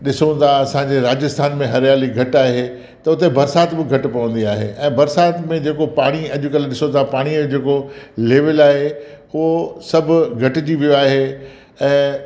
ॾिसूं था असांजे राजस्थान में हरियाली घटि आहे त उते बरसाति बि घटि पवंदी आहे ऐं बरसाति में जेको पाणी अॼुकल्ह ॾिसो था पाणीअ जो जेको लेविल आहे उहो सभु घटिजी वियो आहे ऐं